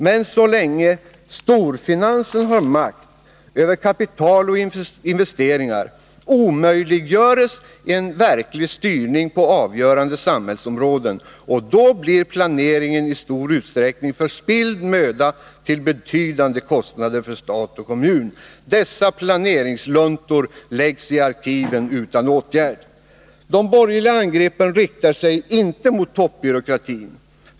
Men så länge storfinansen har makt över kapital och investeringar, omöjliggörs en verklig styrning på avgörande samhällsområden. Därmed blir planeringen i stor utsträckning förspilld möda till betydande kostnader för stat och kommun. Dessa planeringsluntor läggs i arkiven utan åtgärd. De borgerliga angreppen riktar sig inte mot toppbyråkratin.